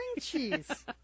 cheese